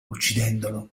uccidendolo